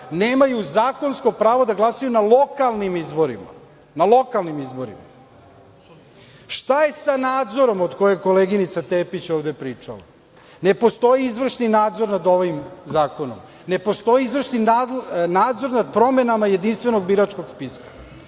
nemaju zakonsko pravo da glasaju na lokalnim izborima, na lokalnim izborima. Šta je sa nadzorom, o kojem je koleginica Tepić ovde pričala? Ne postoji izvršni nadzor nad ovim zakonom, ne postoji izvršni nadzor nad promenama jedinstvenog biračkog spiska.